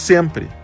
Sempre